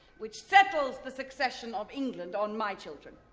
which settles the succession of england on my children.